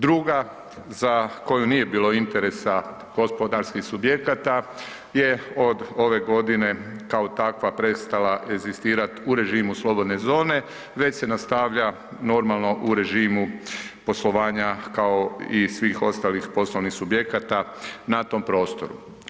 Druga za koju nije bilo interesa gospodarskih subjekata je od ove godine kao takva prestala egzistirat u režimu slobodne zone već se nastavlja normalno u režimu poslovanja kao i svih ostalih poslovnih subjekata na tom prostoru.